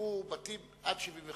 היו בתים עד 1975